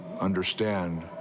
understand